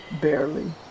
barely